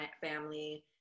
family